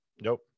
Nope